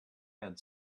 had